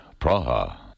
Praha